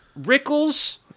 Rickles